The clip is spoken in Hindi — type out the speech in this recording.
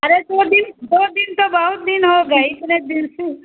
अरे दो दिन दो दिन तो बहुत दिन हो गए इतने दिन से